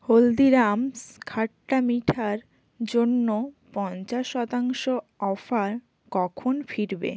হলদিরামস খাট্টা মিঠার জন্য পঞ্চাশ শতাংশ অফার কখন ফিরবে